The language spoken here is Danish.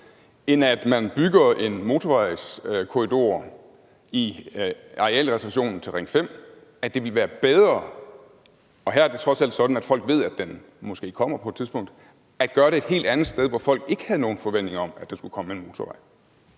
Man kan bygge en motorvejskorridor i arealreservationen til Ring 5, men ville noget andet være bedre? For her er det trods alt sådan, at folk ved, at den måske kommer på et tidspunkt. Eller skal man gøre det et helt andet sted, hvor folk ikke har nogen forventning om, at der skal komme en motorvej?